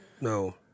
No